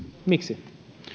miksi